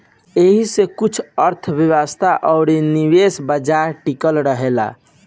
एही से कुल अर्थ्व्यवस्था अउरी निवेश बाजार टिकल रहेला